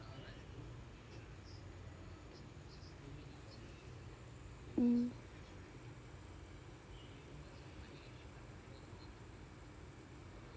mm